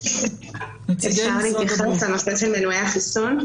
אפשר להתייחס לנושא של מנועי החיסון?